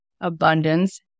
abundance